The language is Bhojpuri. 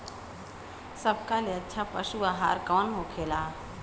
सबका ले अच्छा पशु आहार कवन होखेला?